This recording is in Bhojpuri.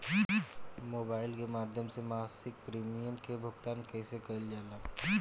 मोबाइल के माध्यम से मासिक प्रीमियम के भुगतान कैसे कइल जाला?